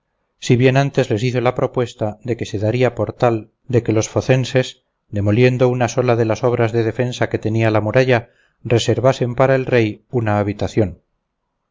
si bien antes les hizo la propuesta de que se daría por tal de que los focenses demoliendo una sola de las obras de defensa que tenía la muralla reservasen para el rey una habitación